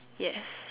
yes